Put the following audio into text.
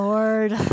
Lord